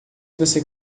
você